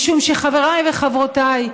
משום שחבריי וחברותיי,